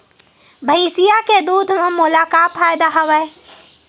भैंसिया के दूध म मोला का फ़ायदा हवय?